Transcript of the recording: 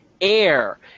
air